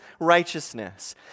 righteousness